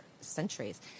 centuries